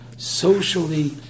Socially